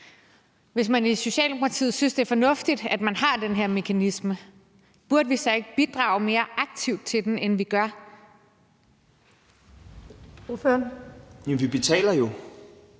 Hvis man i Socialdemokratiet synes, det er fornuftigt, at man har den her mekanisme, burde vi så ikke bidrage mere aktivt til den, end vi gør? Kl.